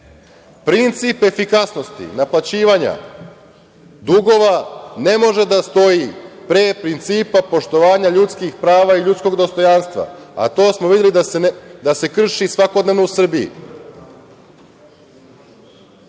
Princip efikasnosti naplaćivanja dugova ne može da stoji pre principa poštovanja ljudskih prava i ljudskog dostojanstva, a to smo videli da se krši svakodnevno u Srbiji.